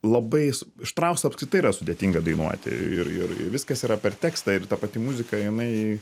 labai štrausą apskritai yra sudėtinga dainuoti ir ir viskas yra per tekstą ir ta pati muzika jinai